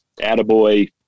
Attaboy